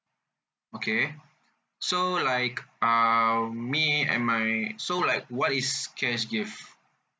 okay so like um me and my so like what is cash gift